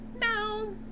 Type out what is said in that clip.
No